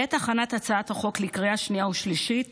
בעת הכנת הצעת החוק לקריאה שנייה ושלישית